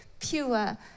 pure